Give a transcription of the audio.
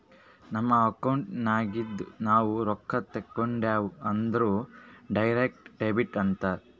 ನಮ್ ಅಕೌಂಟ್ ನಾಗಿಂದ್ ನಾವು ರೊಕ್ಕಾ ತೇಕೊಂಡ್ಯಾವ್ ಅಂದುರ್ ಡೈರೆಕ್ಟ್ ಡೆಬಿಟ್ ಅಂತಾರ್